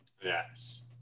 yes